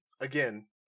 again